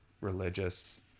religious